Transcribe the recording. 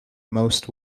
most